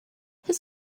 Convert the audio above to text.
his